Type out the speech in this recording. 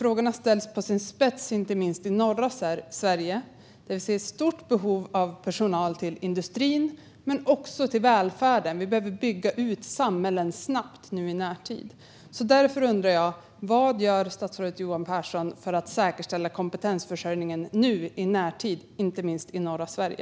Detta ställs på sin spets i inte minst norra Sverige där vi ser ett stort behov av personal till industri och välfärd och att samhällen snabbt behöver byggas ut. Vad gör statsrådet Johan Pehrson för att säkerställa kompetensförsörjningen i närtid, inte minst i norra Sverige?